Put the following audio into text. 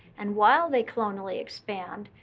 and while they clonally expand,